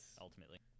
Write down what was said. ultimately